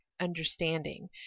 understanding